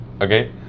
okay